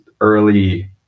early